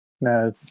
No